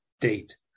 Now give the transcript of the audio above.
date